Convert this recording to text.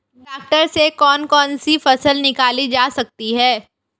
Tractor से कौन कौनसी फसल निकाली जा सकती हैं?